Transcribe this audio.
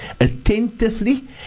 attentively